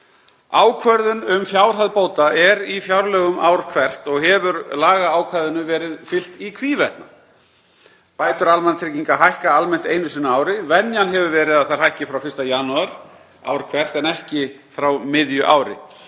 Ákvörðun um fjárhæð bóta er í fjárlögum ár hvert og hefur lagaákvæðinu verið fylgt í hvívetna. Bætur almannatrygginga hækka almennt einu sinni á ári. Venjan hefur verið að þær hækki frá 1. janúar ár hvert en ekki frá miðju ári.